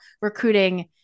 recruiting